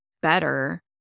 better